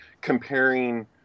comparing